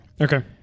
Okay